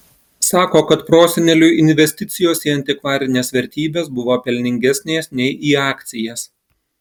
sako kad proseneliui investicijos į antikvarines vertybes buvo pelningesnės nei į akcijas